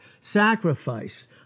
sacrifice